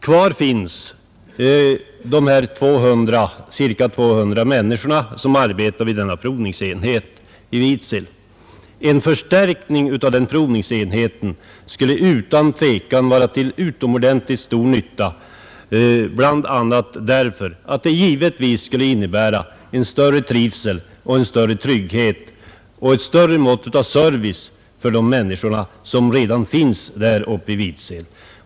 Kvar finns nu de ca 200 människor som arbetar vid provningsenheten i Vidsel. En förstärkning av den enheten skulle utan tvivel vara av utomordentligt värde, bl.a. därför att den skulle innebära större trivsel och trygghet och ett större mått av service för de människor som bor i Vidsel.